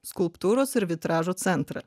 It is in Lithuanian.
skulptūros ir vitražo centrą